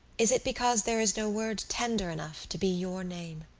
is it because there is no word tender enough to be your name?